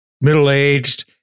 middle-aged